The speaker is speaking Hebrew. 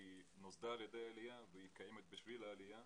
היא נוסדה על ידי העלייה וקיימת עבור העלייה.